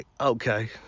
okay